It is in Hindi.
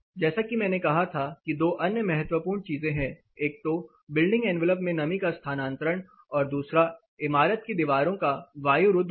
जैसा कि मैंने कहा था कि दो अन्य महत्वपूर्ण चीजें हैं एक तो बिल्डिंग एनवेलप में नमी का स्थानांतरण और दूसरा इमारत की दीवारों का वायुरुद्ध होना